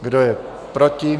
Kdo je proti?